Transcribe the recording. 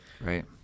Right